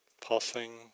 pulsing